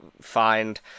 find